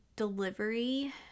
delivery